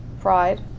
pride